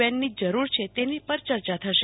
એનની જરૂર છે તેની પર યર્ચા થશે